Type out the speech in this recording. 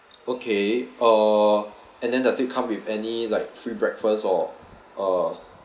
okay uh and then does it come with any like free breakfast or or err